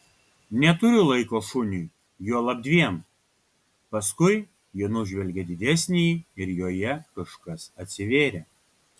neturiu laiko šuniui juolab dviem paskui ji nužvelgė didesnįjį ir joje kažkas atsivėrė